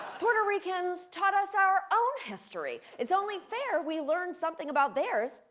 puerto ricans taught us our own history. it's only fair we learn something about their.